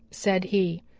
said he,